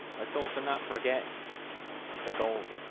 let's also not forget the gold